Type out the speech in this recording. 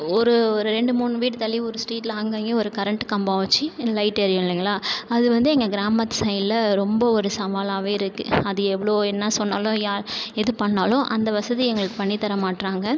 ஒரு ஒரு ரெண்டு மூணு வீடு தள்ளி ஒரு ஸ்ட்ரீட்டில் அங்கேயும் கரண்ட் கம்பம் வச்சு லைட் எரியும் இல்லைங்களா அது வந்து எங்கள் கிராமத்து சைடில் ரொம்ப ஒரு சவாலாகவே இருக்குது அது எவ்வளோ என்ன சொன்னாலும் யார் எது பண்ணிணாலும் அந்த வசதி எங்களுக்கு பண்ணி தர மாட்டறாங்க